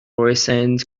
recent